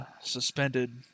suspended